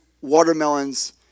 watermelons